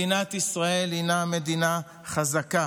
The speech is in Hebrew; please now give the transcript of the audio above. מדינת ישראל הינה מדינה חזקה,